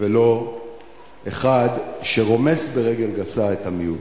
ולא אחד שרומס ברגל גסה את המיעוט.